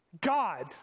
God